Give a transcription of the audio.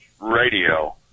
Radio